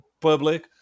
public